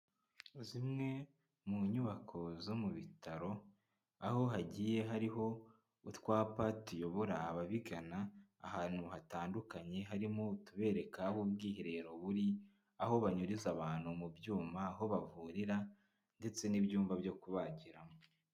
zimwe mu nyubako zo mu bitaro, aho hagiye hariho utwapa tuyobora ababigana ahantu hatandukanye, harimo utubereka aho ubwiherero buri, aho banyuriza abantu mu byuma, aho bavurira ndetse n'ibyumba byo kubagiramo.